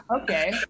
Okay